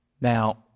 Now